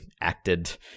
acted